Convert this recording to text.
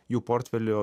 jų portfelio